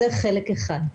זה חלק אחד.